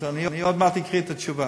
אז אני עוד מעט אקריא את התשובה.